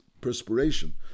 perspiration